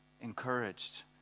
encouraged